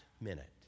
minute